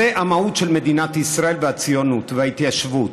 זו המהות של מדינת ישראל והציונות וההתיישבות,